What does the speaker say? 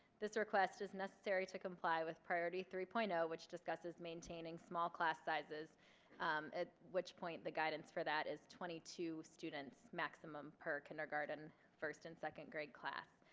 this request is necessary to comply with priority three point zero ah which discusses maintaining small class sizes at which point the guidance for that is twenty two students maximum per kindergarten, first and second grade class.